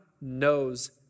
knows